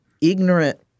ignorant